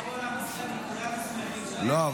--- לא.